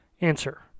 ANSWER